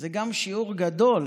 זה גם שיעור גדול,